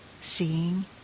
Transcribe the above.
seeing